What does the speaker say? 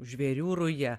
žvėrių ruja